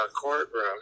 courtroom